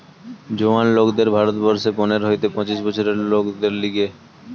জোয়ান লোকদের ভারত বর্ষে পনের হইতে পঁচিশ বছরের লোকদের লিগে